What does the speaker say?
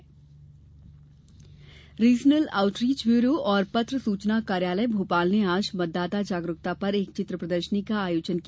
चित्र प्रदर्शनी regional outreach bureau और पत्र सूचना कार्यालय भोपाल ने आज मतदाता जागरुकता पर एक चित्र प्रदर्शनी का आयोजने किया